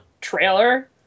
trailer